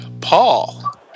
Paul